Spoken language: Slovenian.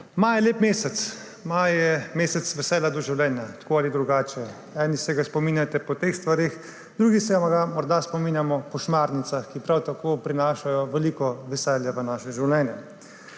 Maj je lep mesec. Maj je mesec veselja do življenja, tako ali drugače. Eni se ga spominjate po teh stvareh, drugi se ga morda spominjamo po šmarnicah, ki prav tako prinašajo veliko veselja v naše življenje.